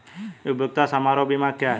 उपयोगिता समारोह बीमा क्या है?